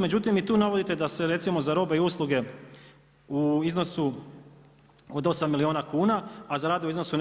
Međutim, vi tu navodite da se recimo za robe i usluge u iznosu od 8 milijuna kuna, a za radove u iznosu